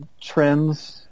trends